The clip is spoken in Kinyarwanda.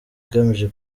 igamije